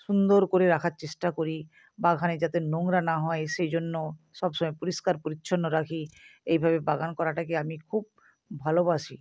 সুন্দর করে রাখার চেষ্টা করি বাগানে যাতে নোংরা না হয় সেই জন্য সবসময় পরিষ্কার পরিচ্ছন্ন রাখি এইভাবে বাগান করাটাকে আমি খুব ভালোবাসি